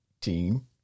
team